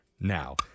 now